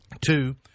Two